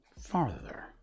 farther